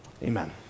Amen